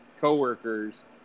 coworkers